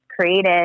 created